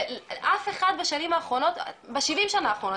אף אחד בשבעים שנה האחרונות,